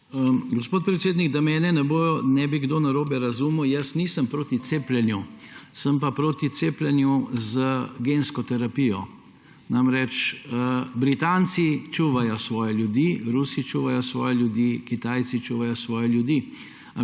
Gospod predsednik, da mene ne bi kdo narobe razumel, jaz nisem proti cepljenju, sem pa proti cepljenju z gensko terapijo. Britanci čuvajo svoje ljudi, Rusi čuvajo svoje ljudi, Kitajci čuvajo svoje ljudi,